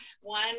one